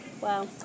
Wow